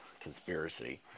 conspiracy